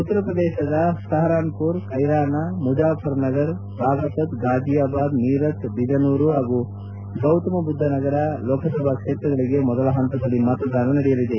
ಉತ್ತರ ಪ್ರದೇಶದ ಸಹರಾನ್ಪುರ ಕೈರಾನ ಮುಜಾಫರ್ನಗರ್ ಬಾಗ್ಪತ್ ಫಾಜಿಯಾಬಾದ್ ಮೀರತ್ ಬಿಜನೂರ್ ಹಾಗೂ ಗೌತಮಬುದ್ದ ನಗರ್ ಲೋಕಸಭಾ ಕ್ಷೇತ್ರಗಳಗೆ ಮೊದಲ ಹಂತದಲ್ಲಿ ಮತದಾನ ನಡೆಯಲಿದೆ